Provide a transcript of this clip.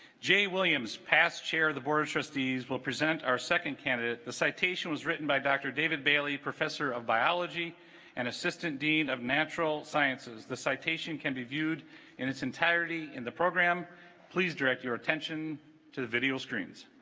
j williams passed chair the board of trustees will present our second candidate the citation was written by dr. david bailey professor of biology and assistant dean of natural sciences the citation can be viewed in its entirety in entirety in the program please direct your attention to the video screens